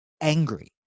Angry